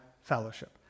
fellowship